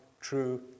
true